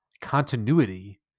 continuity